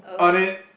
okay